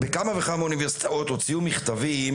בכמה וכמה אוניברסיטאות וגם מכללות הוציאו מכתבים